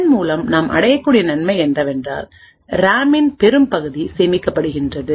இதன் மூலம் நாம் அடையக்கூடிய நன்மை என்னவென்றால் ரேமின் பெரும்பகுதி சேமிக்கப்படுகிறது